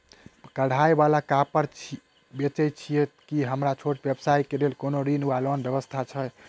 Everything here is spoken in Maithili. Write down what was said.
कढ़ाई वला कापड़ बेचै छीयै की हमरा छोट व्यवसाय केँ लेल कोनो ऋण वा लोन व्यवस्था छै?